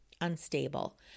unstable